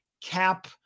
cap